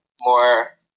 more